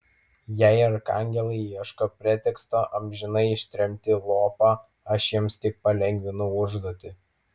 jei arkangelai ieško preteksto amžinai ištremti lopą aš jiems tik palengvinu užduotį